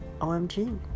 OMG